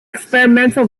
experimental